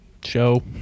show